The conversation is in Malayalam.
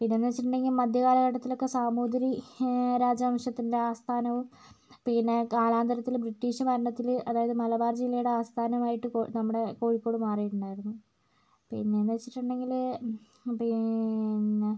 പിന്നെയെന്ന് വെച്ചിട്ടുണ്ടെങ്കിൽ മധ്യകാലഘട്ടത്തിലൊക്കെ സാമൂതിരി രാജ വംശത്തിൻ്റെ ആസ്ഥാനവും പിന്നെ കാലാന്തരത്തിൽ ബ്രിട്ടീഷ് ഭരണത്തിൽ അതായത് മലബാർ ജില്ലയുടെ ആസ്ഥാനമായിട്ട് കോ നമ്മുടെ കോഴിക്കോട് മാറിയിട്ടുണ്ടായിരുന്നു പിന്നെയെന്ന് വെച്ചിട്ടുണ്ടെങ്കിൽ പിന്നെ